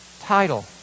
title